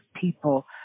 people